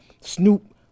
snoop